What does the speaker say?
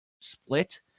split